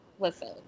Listen